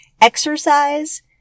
exercise